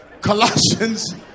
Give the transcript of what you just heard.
Colossians